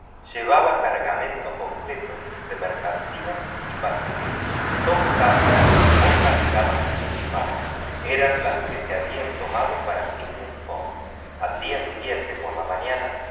llevaba cargamento completo de mercancías y pasajeros dos cámaras de popa estaban desocupadas eran las que se habían tomado para phileas fogg al día siguiente por la mañana